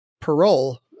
parole